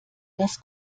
das